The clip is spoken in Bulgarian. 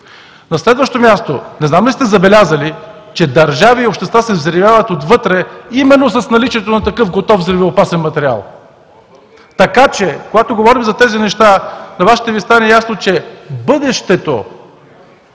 На следващо място, не знам дали сте забелязали, че държави и общества се взривяват отвътре именно с наличието на такъв готов взривоопасен материал. Така че, когато говорим за тези неща, на Вас ще Ви стане ясно, че бъдещето